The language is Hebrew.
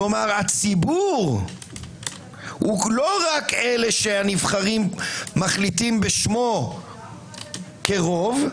כלומר הציבור הוא לא רק אלה שהנבחרים מחליטים בשמו כרוב,